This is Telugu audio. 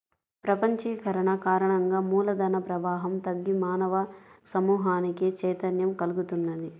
ప్రపంచీకరణ కారణంగా మూల ధన ప్రవాహం తగ్గి మానవ సమూహానికి చైతన్యం కల్గుతున్నది